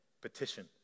petition